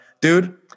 dude